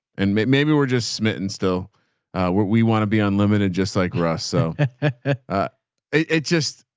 and maybe we're just smitten still where we want to be unlimited, just like russ. so it just,